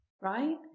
right